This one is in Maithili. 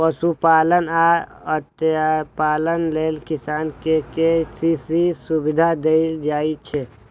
पशुपालन आ मत्स्यपालन लेल किसान कें के.सी.सी सुविधा देल जाइ छै